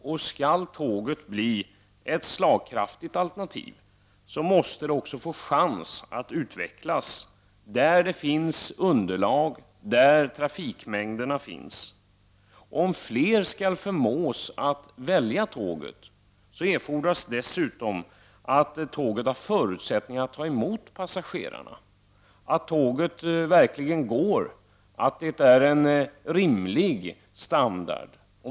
Om tåget skall bli ett slagkraftigt alternativ, måste det få chans att utvecklas där det finns underlag och där trafikmängderna finns. Om flera skall förmås att välja tåget erfordras dessutom att tåget har förutsättningar att ta emot passagerare, att tåget verkligen går och att det har en rimlig standard.